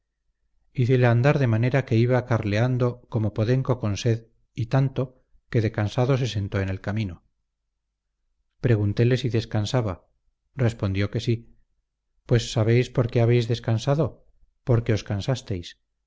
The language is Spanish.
sus manos hícele andar de manera que iba carleando como podenco con sed y tanto que de cansado se sentó en el camino preguntéle si descansaba respondió que sí pues sabéis por qué habéis descansado porque os cansasteis